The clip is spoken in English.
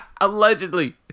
allegedly